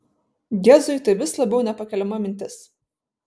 gezui tai vis labiau nepakeliama mintis